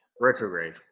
Retrograde